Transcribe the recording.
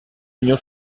union